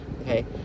Okay